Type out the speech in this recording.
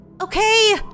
Okay